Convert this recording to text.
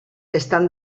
estan